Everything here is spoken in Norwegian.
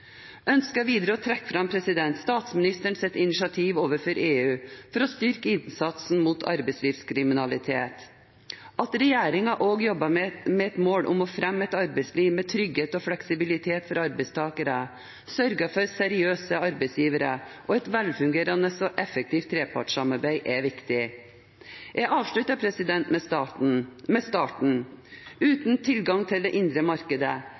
ønsker videre å trekke fram statsministerens initiativ overfor EU for å styrke innsatsen mot arbeidslivskriminalitet. At regjeringen også jobber med et mål om å fremme et arbeidsliv med trygghet og fleksibilitet for arbeidstakere og å sørge for seriøse arbeidsgivere og et velfungerende og effektivt trepartssamarbeid, er viktig. Jeg avslutter med starten: Uten tilgang til det indre